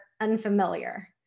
unfamiliar